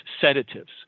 sedatives